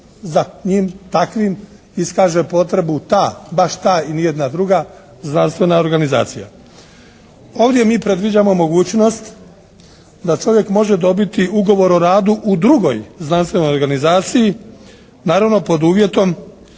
za njim takvim iskaže potrebu ta, baš ta i ni jedna druga znanstvena organizacija. Ovdje mi predviđamo mogućnost da čovjek može dobiti ugovor o radu u drugoj znanstvenoj organizaciji, naravno pod uvjetom